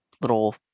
little